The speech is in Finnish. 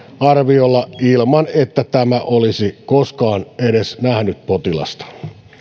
arviolla ilman että tämä olisi koskaan edes nähnyt potilasta